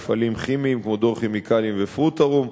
מפעלים כימיים כמו "דור כימיקלים" ו"פרוטרום",